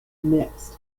mixed